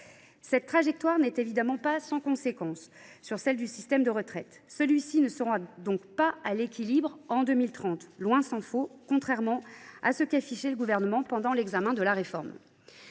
Cette trajectoire n’est évidemment pas sans conséquence sur celle du système de retraite. Celui ci ne sera donc pas à l’équilibre en 2030, tant s’en faut, contrairement à ce qu’annonçait le Gouvernement pendant l’examen du texte.